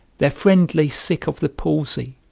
their friend lay sick of the palsy,